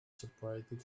separated